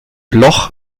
bloch